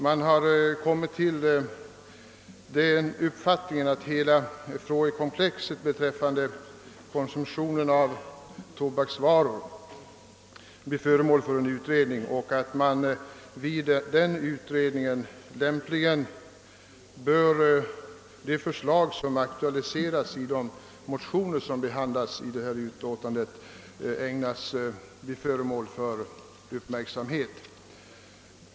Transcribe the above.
Det heter i utlåtandet att hela frågekomplexet beträffande konsumtionen av tobaksvaror bör bli föremål för utredning och att de förslag som aktualiserats i motionerna därvid bör bli föremål för uppmärksamhet.